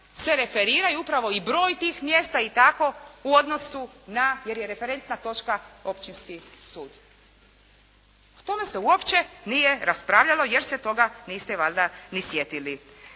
se referira upravo i broj tih mjesta i tako u odnosu na, jer je referentna točka općinski sud. O tome se uopće nije raspravljalo jer se toga niste valjda ni sjetili.